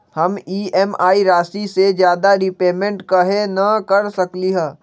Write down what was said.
हम ई.एम.आई राशि से ज्यादा रीपेमेंट कहे न कर सकलि ह?